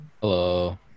Hello